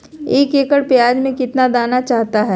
एक एकड़ प्याज में कितना दाना चाहता है?